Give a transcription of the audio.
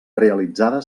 realitzada